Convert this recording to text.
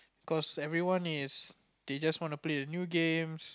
cause everyone is they just want to play the new games